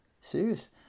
Serious